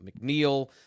McNeil